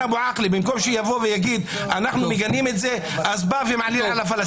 במקום שיגיד: אנחנו מגנים את זה - אז בא ומעליל על הפלסטינים.